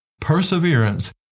perseverance